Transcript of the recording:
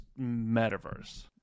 metaverse